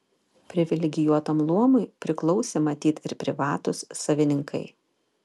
privilegijuotam luomui priklausė matyt ir privatūs savininkai